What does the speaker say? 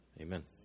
Amen